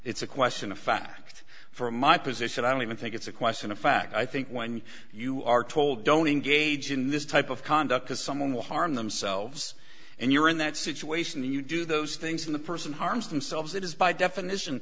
it's a question of fact for my position i don't even think it's a question of fact i think when you are told don't engage in this type of conduct to someone will harm themselves and you're in that situation you do those things in the person harms themselves it is by definition